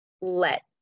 let